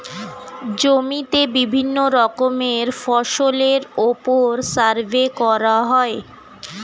জমিতে বিভিন্ন রকমের ফসলের উপর সার্ভে করা হয়